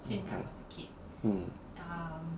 mm